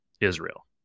Israel